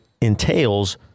entails